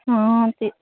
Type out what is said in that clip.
ਹਾਂ ਅਤੇ